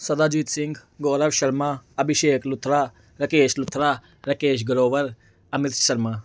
Sadajit Singh Gaurav Sharma Abhishek Luthra Rakesh Luthra Rakesh Grover Amit Sharma